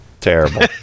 Terrible